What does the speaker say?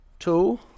Two